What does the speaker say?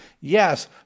Yes